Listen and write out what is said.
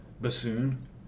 bassoon